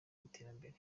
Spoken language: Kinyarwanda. y’iterambere